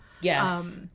Yes